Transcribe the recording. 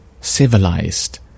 civilized